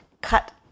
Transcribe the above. cut